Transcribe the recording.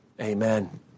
Amen